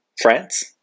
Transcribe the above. france